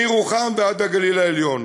מירוחם ועד הגליל העליון,